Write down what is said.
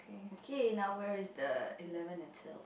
okay now where is the eleventh and twelfth